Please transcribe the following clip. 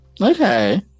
Okay